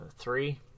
three